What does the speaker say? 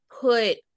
put